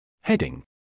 Heading